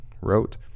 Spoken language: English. wrote